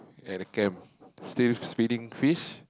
at the camp still